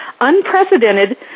unprecedented